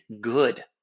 good